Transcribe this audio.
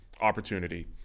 opportunity